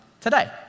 today